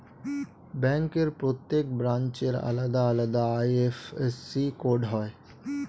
ব্যাংকের প্রত্যেক ব্রাঞ্চের আলাদা আলাদা আই.এফ.এস.সি কোড হয়